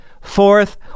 Fourth